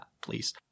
please